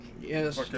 yes